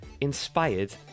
inspired